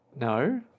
no